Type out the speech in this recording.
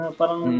parang